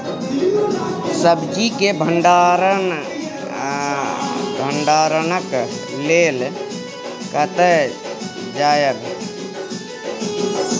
सब्जी के भंडारणक लेल कतय जायब?